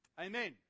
Amen